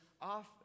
off